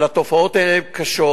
אבל התופעות האלה הן קשות,